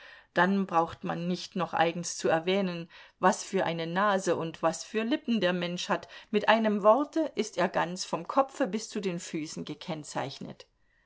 dann braucht man nicht noch eigens zu erwähnen was für eine nase und was für lippen der mensch hat mit dem einen worte ist er ganz vom kopfe bis zu den füßen gekennzeichnet